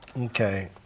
Okay